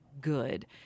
good